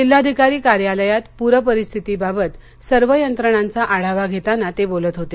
जिल्हाधिकारी कार्यालयात प्रपरिस्थितीबाबत सर्व यंत्रणांचा आढावा घेताना ते बोलत होते